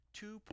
two